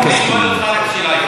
ועדת הכספים.